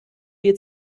viel